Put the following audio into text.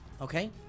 Okay